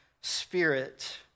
Spirit